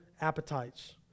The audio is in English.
appetites